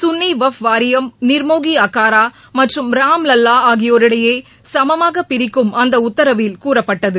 சுன்ளி வஃப் வாரியம் நிர்மோகி அக்காரா மற்றும் ராம் லல்லா ஆகியோரிடையே சமமாக பிரிக்கும் அந்த உத்தரவில் கூறப்பட்டது